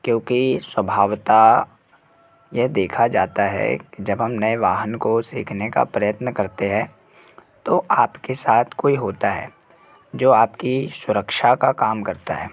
क्योंकि स्वभावतः ये देखा जाता है जब हम नए वाहन को सीखने का प्रयत्न करते हैं तो आपके साथ कोई होता है जो आपकी सुरक्षा का काम करता है